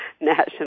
national